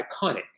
iconic